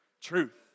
truth